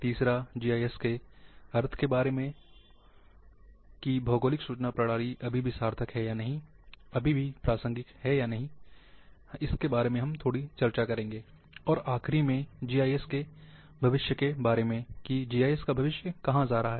तीसरा जीआईएस के अर्थ के बारे में है कि भौगोलिक सूचना प्रणाली अभी भी सार्थक है या नहीं अभी भी प्रासंगिक है या नहीं इसके बारे में हम थोड़ी चर्चा करेंगे और आखिर में जीआईएस के भविष्य के बारे में कि जीआईएस का भविष्य कहाँ जा रहा है